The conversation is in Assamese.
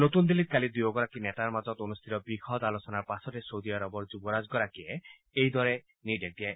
নতুন দিল্লীত কালি দুয়োগৰাকী নেতাৰ মাজত অনুষ্ঠিত বিশদ আলোচনাৰ পাছতে চৌদি আৰবৰ যুৱৰাজগৰাকীয়ে এইদৰে নিৰ্দেশ দিয়ে